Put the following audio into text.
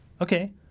Okay